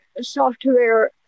software